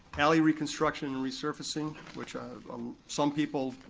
alley reconstruction and resurfacing, which um some people,